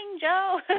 Joe